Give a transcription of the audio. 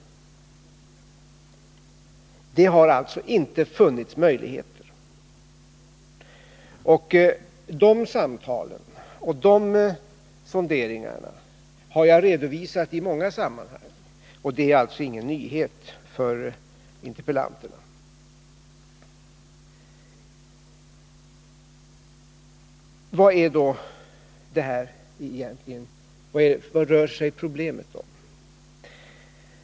Men det har alltså inte funnits möjligheter. De samtalen och de sonderingarna har jag redovisat i många sammanhang. Det är alltså ingen nyhet för interpellanterna. Vad rör sig då problemet om?